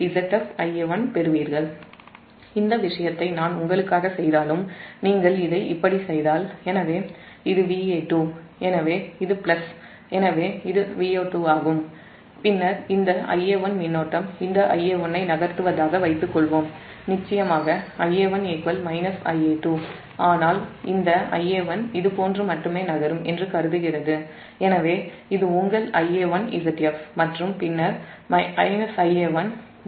இது Va2 இந்த விஷயத்தை நான் உங்களுக்காக செய்தாலும்அது பிளஸ் எனவே அது Va2 ஆகும் பின்னர் இந்த Ia1 மின்னோட்டம் இந்த Ia1ஐ நகர்த்துவதாக வைத்துக் கொள்வோம் நிச்சயமாக Ia1 Ia2 ஆனால் இந்த Ia1 இதுபோன்று மட்டுமே நகரும் என்று கருதுகிறது எனவே இது உங்கள் Ia1Zf பின்னர் Va1 0